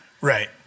Right